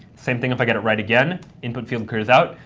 same thing if i get it right again, input field clears out.